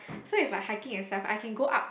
so is like hiking and stuff I can go up